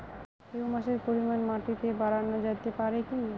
হিউমাসের পরিমান মাটিতে বারানো যেতে পারে কি?